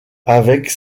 avec